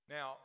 Now